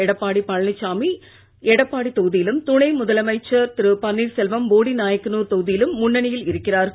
எடப்பாடிபழனிசாமி எடப்பாடிதொகுதியிலும் துணைமுதலமைச்சருமானதிரு பன்னீர்செல்வம்போடிநாயக்கனூர்தொகுதியிலும்முன்னணியில்இருக்கி றார்கள்